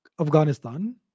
Afghanistan